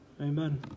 amen